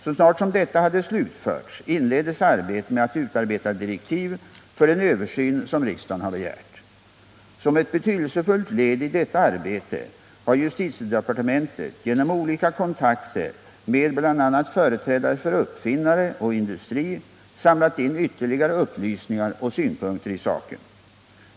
Så snart som detta hade slutförts, inleddes arbetet med att utarbeta direktiv för den översyn som riksdagen har begärt. Som ett betydelsefullt led i detta arbete har justitiedepartementet genom olika kontakter med bl.a. företrädare för uppfinnare och industri samlat in ytterligare upplysningar och synpunkter i saken.